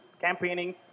campaigning